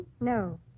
No